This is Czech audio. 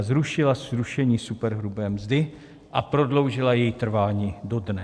Zrušila zrušení superhrubé mzdy a prodloužila její trvání dodnes.